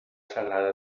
sagrada